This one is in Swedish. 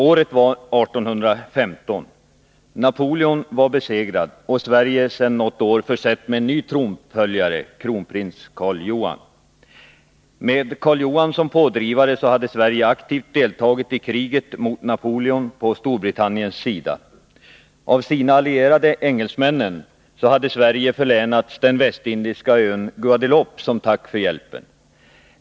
Året var 1815. Napoleon var besegrad, och Sverige hade sedan något år försetts med en ny tronföljare, kronprins Karl Johan. Med Karl Johan som pådrivare hade Sverige aktivt deltagit i kriget mot Napoleon på Storbritanniens sida. Av sina allierade, engelsmännen, hade Sverige förlänats den västindiska ön Guadeloupe som tack för hjälpen.